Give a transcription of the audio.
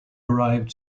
arrived